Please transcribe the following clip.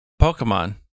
Pokemon